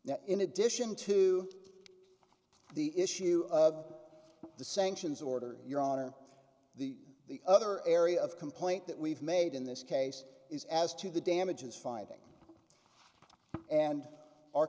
proceedings in addition to the issue of the sanctions order your honor the the other area of complaint that we've made in this case is as to the damages findings and our